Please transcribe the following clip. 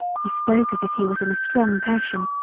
he spoke as if he was in a strong passion.